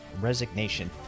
resignation